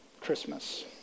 Christmas